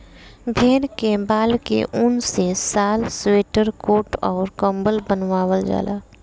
भेड़ के बाल के ऊन से शाल स्वेटर कोट अउर कम्बल बनवाल जाला